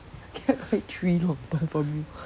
can I buy three lontong from you